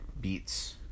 beats